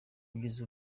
kugeza